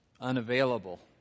unavailable